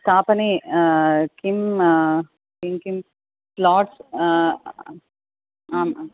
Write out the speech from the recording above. स्थापने किम् किं किं प्लाट्स् आम् आम्